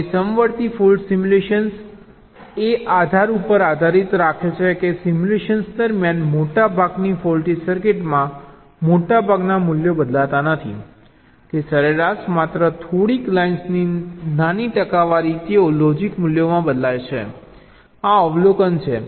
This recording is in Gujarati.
હવે સમવર્તી ફોલ્ટ સિમ્યુલેશન એ આધાર ઉપર આધારિત છે કે સિમ્યુલેશન દરમિયાન મોટાભાગની ફોલ્ટી સર્કિટમાં મોટાભાગના મૂલ્યો બદલાતા નથી કે સરેરાશ માત્ર થોડીક લાઇન્સની નાની ટકાવારી તેઓ લોજીક મૂલ્યોમાં બદલાય છે આ અવલોકન છે